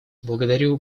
благодарю